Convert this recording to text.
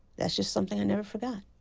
that's just something i never forgot.